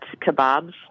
kebabs